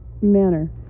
manner